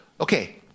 okay